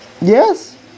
yes